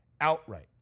outright